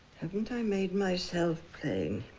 haven't i made myself plain?